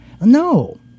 no